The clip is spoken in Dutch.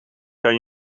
kan